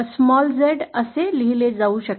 small Z असे लिहिले जाऊ शकते